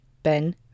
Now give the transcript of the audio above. Ben